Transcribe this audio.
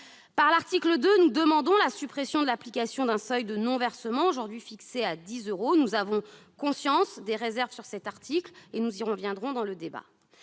Par l'article 2, nous demandons la suppression de l'application d'un seuil de non-versement, aujourd'hui fixé à 10 euros. Nous avons conscience des réserves sur cet article et nous y reviendrons au cours du débat.